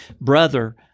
Brother